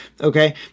okay